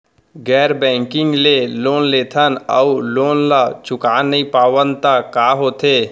गैर बैंकिंग ले लोन लेथन अऊ लोन ल चुका नहीं पावन त का होथे?